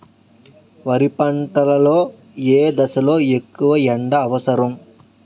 వరి పంట లో ఏ దశ లొ ఎక్కువ ఎండా అవసరం?